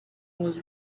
was